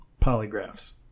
polygraphs